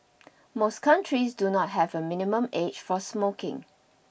most countries do not have a minimum age for smoking